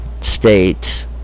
state